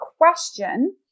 question